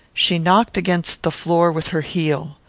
she knocked against the floor with her heel.